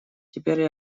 теперь